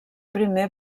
primer